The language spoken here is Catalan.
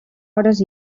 hores